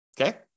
okay